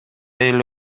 эле